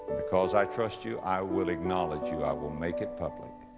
because i trust you, i will acknowledge you. i will make it public.